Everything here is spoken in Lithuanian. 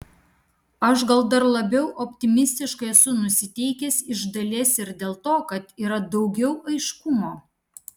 aš gal dar labiau optimistiškai esu nusiteikęs iš dalies ir dėl to kad yra daugiau aiškumo